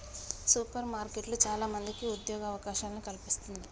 super మార్కెట్లు చాల మందికి ఉద్యోగ అవకాశాలను కల్పిస్తంది